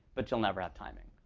but you'll never have timing,